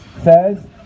says